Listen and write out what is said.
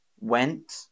went